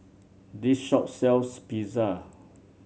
this shop sells Pizza